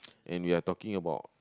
and we are talking about